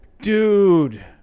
Dude